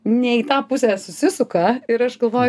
ne į tą pusę susisuka ir aš galvoj